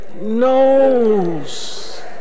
knows